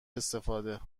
استفاده